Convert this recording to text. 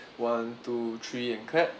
one two three and clap